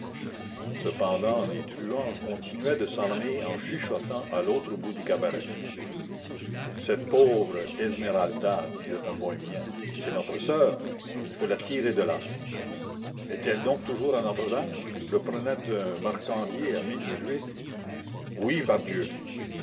cependant les truands continuaient de s'armer en chuchotant à l'autre bout du cabaret cette pauvre esmeralda disait un bohémien c'est notre soeur il faut la tirer de là est-elle donc toujours à notre-dame reprenait un marcandier à mine de juif oui pardieu